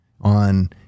on